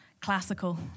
classical